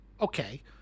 okay